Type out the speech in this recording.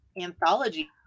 anthology